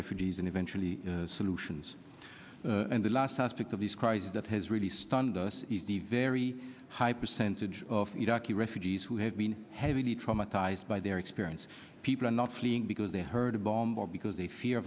refugees and eventually solutions and the last aspect of this crisis that has really stunned us is the very high percentage of you duckie refugees who have been heavy traumatized by their experience people are not fleeing because they heard a bomb or because they fear